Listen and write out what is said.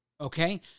Okay